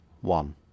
one